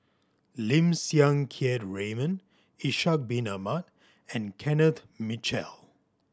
Lim Siang Keat Raymond Ishak Bin Ahmad and Kenneth Mitchell